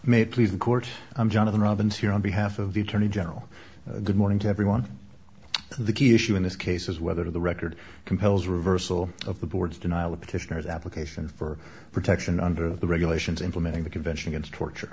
made pleas in court i'm john of the robins here on behalf of the attorney general good morning to everyone the key issue in this case is whether the record compels reversal of the board's denial of petitioners application for protection under the regulations implementing the convention against torture